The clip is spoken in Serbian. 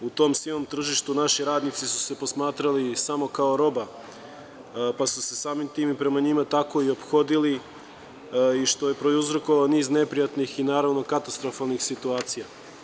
U tom sivom tržištu naši radnici su se posmatrali samo kao roba, pa su se samim tim prema njima tako i ophodili, a što je prouzrokovalo niz neprijatnih i naravno katastrofalnih situacija.